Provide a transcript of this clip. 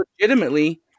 legitimately